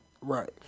right